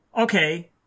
okay